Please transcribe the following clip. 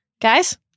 Guys